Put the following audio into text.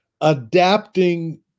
adapting